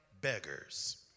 beggars